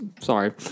Sorry